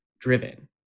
driven